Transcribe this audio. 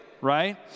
right